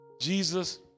Jesus